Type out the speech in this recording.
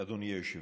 אדוני היושב-ראש,